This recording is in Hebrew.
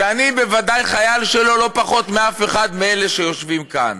שאני בוודאי חייל שלו לא פחות מאף אחד מאלה שיושבים כאן,